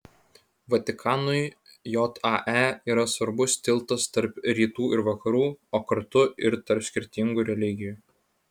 vatikanui jae yra svarbus tiltas tarp rytų ir vakarų o kartu ir tarp skirtingų religijų